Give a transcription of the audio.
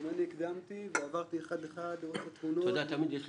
גם אני הקדמתי ועברתי אחד-אחד לראות את התמונות.